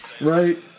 Right